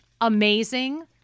amazing